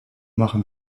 machen